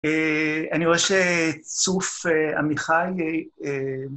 אני רואה שצוף עמיחי...